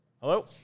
Hello